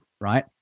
right